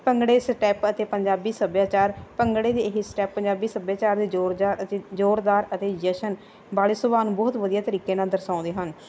ਭੰਗੜੇ ਸਟੈਪ 'ਤੇ ਪੰਜਾਬੀ ਸੱਭਿਆਚਾਰ ਭੰਗੜੇ ਦੇ ਇਹ ਸਟੈਪ ਪੰਜਾਬੀ ਸੱਭਿਆਚਾਰ ਦੇ ਜ਼ੋਰਦਾਰ ਅਤੇ ਜਸ਼ਨ ਵਾਲੇ ਸੁਬਾਹ ਨੂੰ ਬਹੁਤ ਵਧੀਆ ਤਰੀਕੇ ਨਾਲ ਦਰਸਾਉਂਦੇ ਹਨ